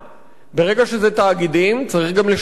ברגע שזה תאגידים צריך גם לשלם מע"מ,